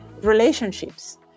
relationships